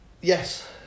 Yes